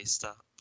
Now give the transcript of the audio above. Stop